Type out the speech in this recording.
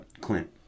Clint